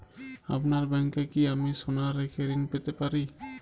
আপনার ব্যাংকে কি আমি সোনা রেখে ঋণ পেতে পারি?